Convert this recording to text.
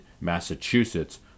massachusetts